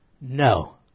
No